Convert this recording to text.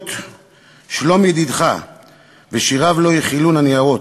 שאלות שלם ידידך ושיריו לא יכילון הניירות".